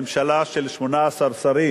מכיוון שיש לנו ממשלה של 18 שרים